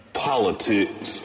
Politics